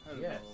Yes